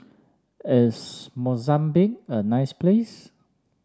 is Mozambique a nice place